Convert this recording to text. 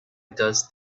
does